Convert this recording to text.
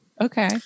okay